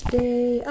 day